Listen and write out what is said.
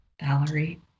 Valerie